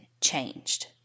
changed